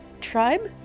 Tribe